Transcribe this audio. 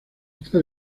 está